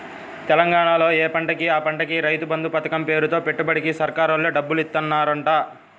తెలంగాణాలో యే పంటకి ఆ పంటకి రైతు బంధు పతకం పేరుతో పెట్టుబడికి సర్కారోల్లే డబ్బులిత్తన్నారంట